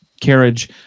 Carriage